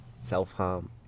self-harm